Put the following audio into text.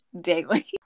daily